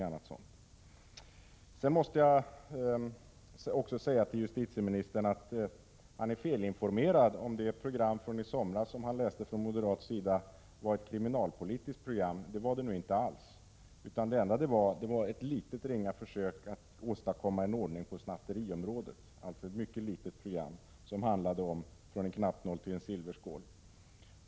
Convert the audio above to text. Justitieministern är felinformerad om han tror att det moderata program från i somras som han läste är ett kriminalpolitiskt program. Det är det inte alls, utan det var ett litet ringa försök att åstadkomma en ordning på snatteriområdet. Det var alltså ett mycket litet program, som handlade om snatterier av allt från en knappnål till en silverskål.